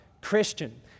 Christian